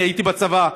אני הייתי בצבא,